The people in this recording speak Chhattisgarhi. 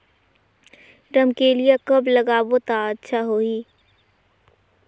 रमकेलिया कब लगाबो ता अच्छा होही?